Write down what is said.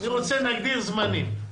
אני רוצה שנגדיר זמנים.